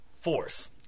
Force